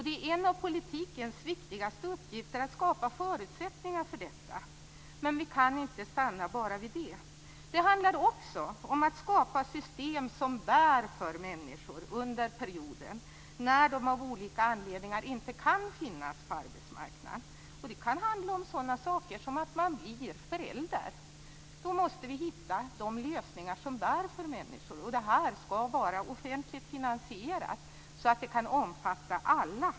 Det är en av politikens viktigaste uppgifter att skapa förutsättningar för detta, men vi kan inte stanna bara vid det. Det handlar också om att skapa system som bär för människor under perioder då de av olika anledningar inte kan finnas på arbetsmarknaden. Det kan handla om sådana saker som att man blir förälder. Då måste vi hitta de lösningar som bär för människor, och de skall vara offentligt finansierade så att de kan omfatta alla.